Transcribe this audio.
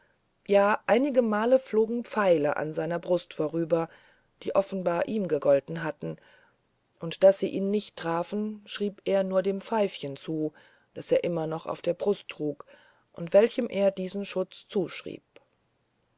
ja einigemal flogen pfeile an seiner brust vorüber die offenbar ihm gegolten hatten und daß sie ihn nicht trafen schrieb er nur dem pfeifchen zu das er noch immer auf der brust trug und welchem er diesen schutz zuschrieb